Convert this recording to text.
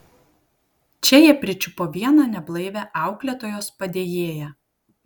čia jie pričiupo vieną neblaivią auklėtojos padėjėją